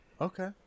okay